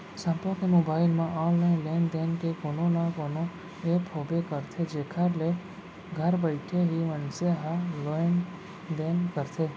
सबो के मोबाइल म ऑनलाइन लेन देन के कोनो न कोनो ऐप होबे करथे जेखर ले घर बइठे ही मनसे ह लेन देन करथे